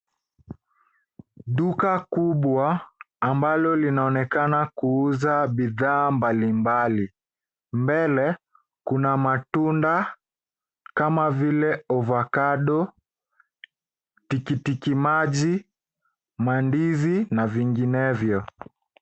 Duka kubwa ambalo linaonekana kuuza bidhaa mbalimbali. Mbele kuna matunda kama vile avocado , tikitiki maji, mandizi na vinginevyo